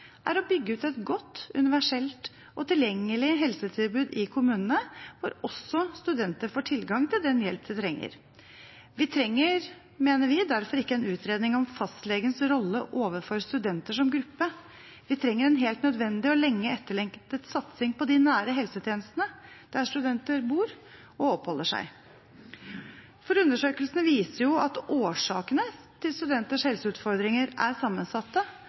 er å bygge ut et godt universelt og tilgjengelig helsetilbud i kommunene, hvor også studenter får tilgang til den hjelp de trenger. Vi trenger, mener vi, derfor ikke en utredning om fastlegens rolle overfor studenter som gruppe. Vi trenger en helt nødvendig og lenge etterlengtet satsing på de nære helsetjenestene der studenter bor og oppholder seg. Undersøkelsene viser at årsakene til studenters helseutfordringer er sammensatte,